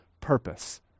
purpose